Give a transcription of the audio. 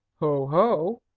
ho! ho!